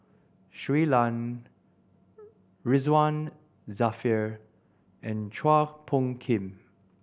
Shui Lan Ridzwan Dzafir and Chua Phung Kim